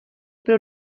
pro